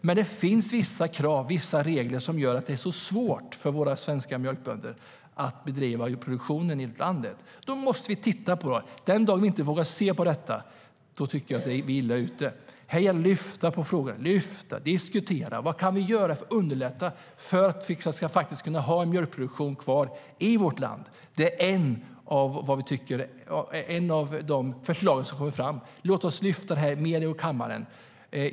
Men det finns vissa krav och vissa regler som gör att det är svårt för våra svenska mjölkbönder att bedriva produktion i landet. Då måste vi titta på det. Den dag vi inte vågar se på detta är vi illa ute. Det gäller att lyfta fram frågorna och diskutera. Vad kan vi göra för att underlätta för att vi ska kunna ha en mjölkproduktion kvar i vårt land? Det är ett av de förslag som kommit fram. Låt oss lyfta frågan mer i kammaren.